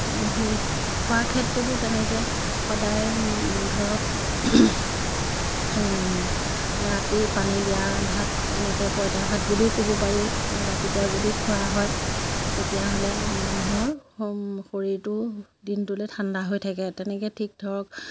এই সেই খোৱাৰ ক্ষেত্ৰতো তেনেকৈ সদায় ধৰক ৰাতি পানী দিয়া ভাত এনেকৈ পইতা ভাত বুলিও ক'ব পাৰি ৰাতিপুৱা যদি খোৱা হয় তেতিয়াহ'লে মানুহৰ শ শৰীৰটো দিনটোলৈ ঠাণ্ডা হৈ থাকে তেনেকৈ ঠিক ধৰক